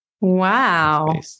Wow